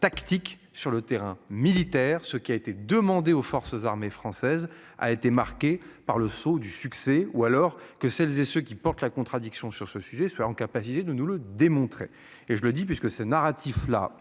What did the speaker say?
tactique sur le terrain militaire, ce qui a été demandé aux forces armées françaises a été marquée par le sceau du succès ou alors que celles et ceux qui portent la contradiction sur ce sujet soit en capacité de nous le démontrer et je le dis puisque ce narratif la